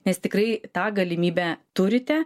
nes tikrai tą galimybę turite